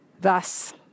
Thus